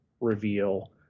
reveal